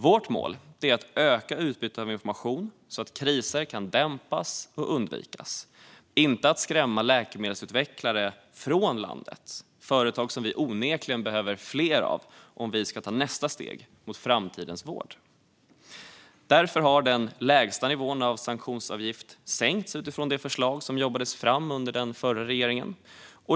Vårt mål är att öka utbytet av information så att kriser kan dämpas och undvikas, inte att skrämma läkemedelsutvecklare bort från landet, företag som vi onekligen behöver fler av om vi ska ta nästa steg mot framtidens vård. Därför har den lägsta nivån av sanktionsavgift sänkts utifrån det förslag som jobbades fram under den förra regeringen.